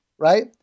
Right